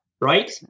right